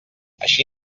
així